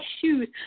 shoes